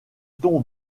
ton